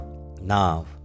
Now